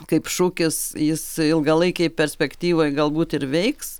kaip šūkis jis ilgalaikėj perspektyvoj galbūt ir veiks